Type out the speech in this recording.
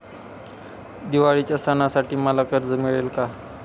दिवाळीच्या सणासाठी मला कर्ज मिळेल काय?